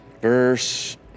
Verse